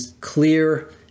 clear